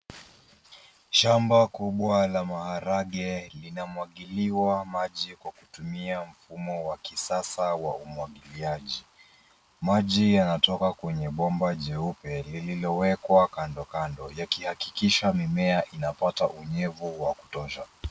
Shamba kubwa la maharagwe linamwagiliwa maji kwa kutumia mfumo wa kisasa wa umwagiliaji. Maji yanatoka kwenye bomba jeupe lililowekwa kando kando yakihakikisha mimea inapata unyevu wa kutosha.